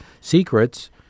secrets—